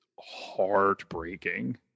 heartbreaking